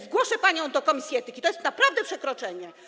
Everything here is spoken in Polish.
Zgłoszę panią do komisji etyki, to jest naprawdę przekroczenie.